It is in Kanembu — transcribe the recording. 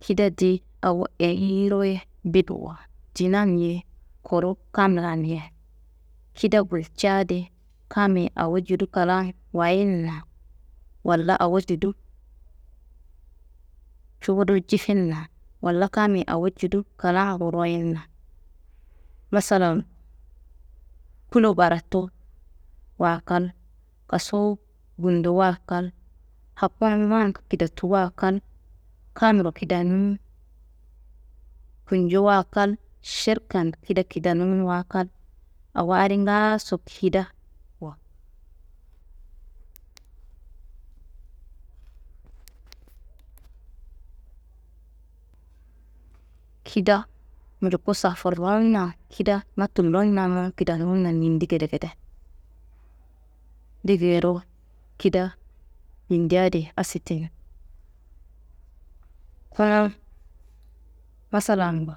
Kida ti awo eyiyiro ye bil wo, dinani ye kuru kamnlani ye. Kida gulca di kammi awo judu klan wayinna walla awo judu cuwudu jifinna, walla kammi awo judu klan royinna masalan: kulo baretuwa kal, kasu gundowa kal, Hakuman kidatuwa kal, kamuro kidanimi kunjowa kal, šerkan kida kidenunwa kal awo adi ngaaso kida wo. Kida njuku safurunna kida na tullon namum kidanunna yindi gedegede. Ndegeyiro kida yindi adi asitin? Kuna masalambo